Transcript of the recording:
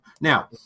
Now